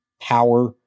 power